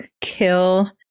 kill